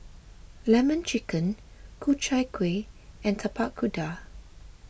Lemon Chicken Ku Chai Kuih and Tapak Kuda